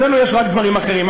אצלנו יש רק דברים אחרים.